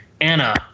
anna